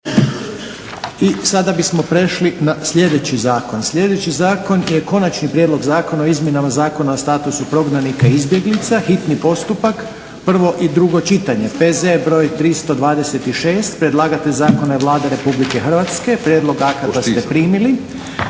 I sada bi smo prešli na sljedeći zakon, sljedeći zakon je: - Konačni prijedlog Zakona o izmjenama Zakona o statusu prognanika i izbjeglica, hitni postupak, prvo i drugo čitanje, P.Z.br. 326; Predlagatelj zakona je Vlada Republike Hrvatske. Prijedlog akata ste primili.